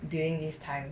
during this time